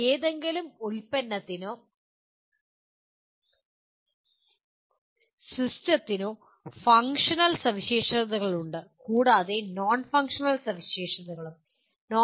ഏതെങ്കിലും ഉൽപ്പന്നത്തിനോ സിസ്റ്റത്തിനോ ഫംഗ്ഷണൽ സവിശേഷതകളുണ്ട് കൂടാതെ നോൺ ഫങ്ഷണൽ സവിശേഷതകളും ഉണ്ട്